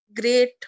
great